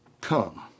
come